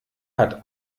hat